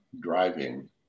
driving